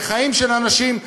זה חיים של אנשים,